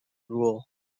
rule